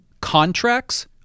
Contracts